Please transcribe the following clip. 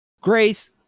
Grace